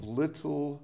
little